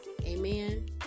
Amen